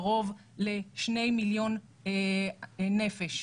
קרוב לשני מיליון נפש.